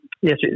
yes